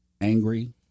angry